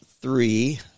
three